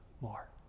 more